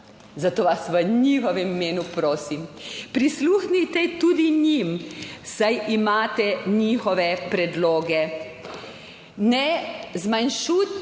Zato vas v njihovem imenu, prosim prisluhnite tudi njim, saj imate njihove predloge. Ne zmanjšujte